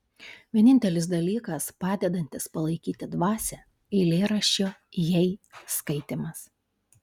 vienintelis dalykas padedantis palaikyti dvasią eilėraščio jei skaitymas